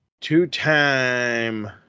Two-time